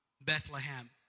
Bethlehem